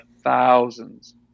thousands